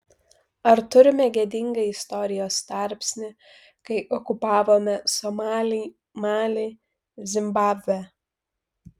ar turime gėdingą istorijos tarpsnį kai okupavome somalį malį zimbabvę